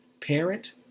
parent